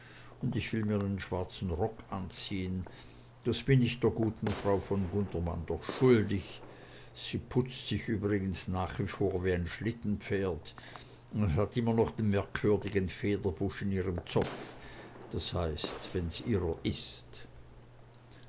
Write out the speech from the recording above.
und ich will mir nen schwarzen rock anziehn das bin ich der guten frau von gundermann doch schuldig sie putzt sich übrigens nach wie vor wie n schlittenpferd und hat immer noch den merkwürdigen federbusch in ihrem zopf das heißt wenn's ihrer ist